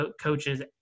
coaches